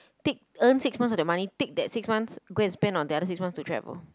take earn six months of that money take that six months go and spend on the other six months to travel